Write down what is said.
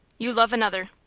you love another.